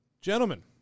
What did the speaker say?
gentlemen